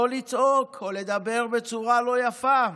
לא לצעוק או לדבר בצורה לא יפה.